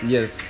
Yes